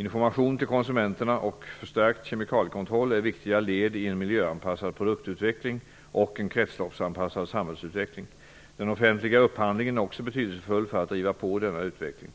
Information till konsumenterna och förstärkt kemikaliekontroll är viktiga led i en miljöanpassad produktutveckling och en kretsloppsanpassad samhällsutveckling. Den offentliga upphandlingen är också betydelsefull för att driva på denna utveckling.